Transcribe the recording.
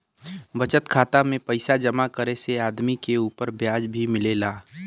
बचत खाता में पइसा जमा करे से आदमी के उपर ब्याज भी मिलेला